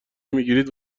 میگیرید